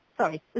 sorry